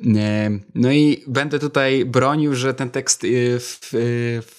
Nie. No i będę tutaj bronił, że ten tekst, y, w- y, w-